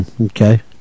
Okay